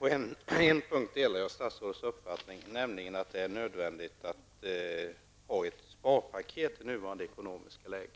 Herr talman! På en punkt delar jag statsrådets uppfattning, nämligen att det är nödvändigt att ha ett sparpaket i det nuvarande ekonomiska läget.